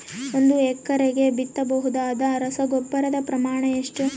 ಒಂದು ಎಕರೆಗೆ ಬಿತ್ತಬಹುದಾದ ರಸಗೊಬ್ಬರದ ಪ್ರಮಾಣ ಎಷ್ಟು?